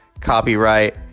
Copyright